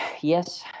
Yes